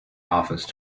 office